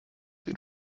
den